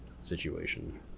situation